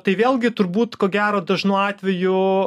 tai vėlgi turbūt ko gero dažnu atveju